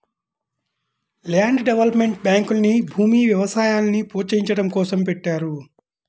land development బ్యాంకుల్ని భూమి, వ్యవసాయాల్ని ప్రోత్సహించడం కోసం పెట్టారు